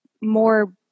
more